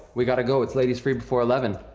we gotta go. it's ladies free before eleven.